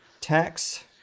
Tax